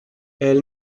elle